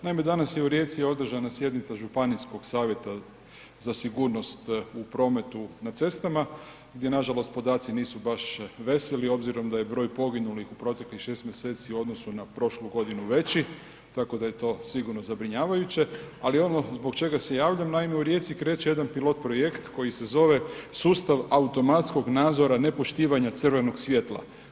Naime, danas je u Rijeci održana sjednica Županijskog savjeta za sigurnost u prometu na cestama gdje nažalost podaci nisu baš veseli obzirom da je broj poginulih u proteklih 6 mj. u odnosu na prošlu godinu veći tako da je to sigurno zabrinjavajuće ali ono zbog čega se javljam, naime u Rijeci kreće jedan pilot projekt koji se zove Sustav automatskog nadzora nepoštivanja crvenog svjetla.